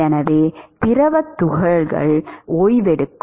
எனவே திரவத் துகள்கள் ஓய்வெடுக்கும்